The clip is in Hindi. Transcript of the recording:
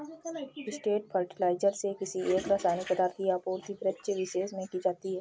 स्ट्रेट फर्टिलाइजर से किसी एक रसायनिक पदार्थ की आपूर्ति वृक्षविशेष में की जाती है